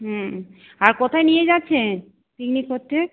হুম আর কোথায় নিয়ে যাচ্ছেন পিকনিক করতে